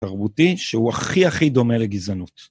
תרבותי שהוא הכי הכי דומה לגזענות